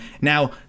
Now